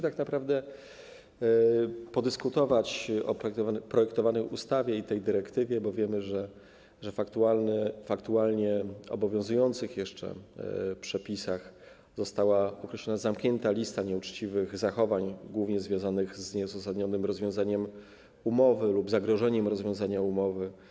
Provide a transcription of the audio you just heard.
Tak naprawdę chcielibyśmy podyskutować o projektowanej ustawie i o tej dyrektywie, bo wiemy, że w aktualnie obowiązujących - jeszcze obowiązujących - przepisach została określona zamknięta lista nieuczciwych zachowań, głównie związanych z nieuzasadnionym rozwiązaniem umowy lub zagrożeniem rozwiązaniem umowy.